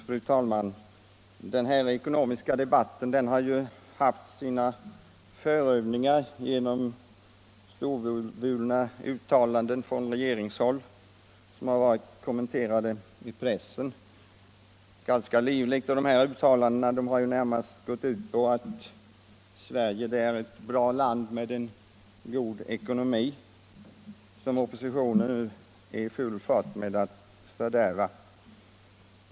Fru talman! Den här ekonomiska debatten har haft sina förövningar genom storvulna uttalanden från regeringshåll, ganska livligt kommenterade i pressen. Uttalandena har närmast gått ut på att Sverige är ett bra land med god ekonomi, som oppositionen nu är i full färd med att fördärva.